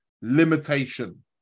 limitation